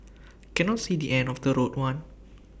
cannot see the end of the road one